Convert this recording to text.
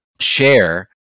share